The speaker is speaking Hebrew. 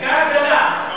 הייתה הפגנה.